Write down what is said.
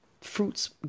fruits